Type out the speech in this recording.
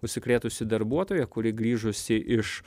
užsikrėtusi darbuotoja kuri grįžusi iš